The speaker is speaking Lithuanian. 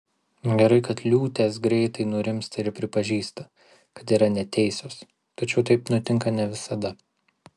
gerai kad liūtės greitai nurimsta ir pripažįsta kad yra neteisios tačiau taip nutinka ne visada